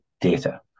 data